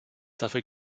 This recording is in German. dafür